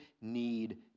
need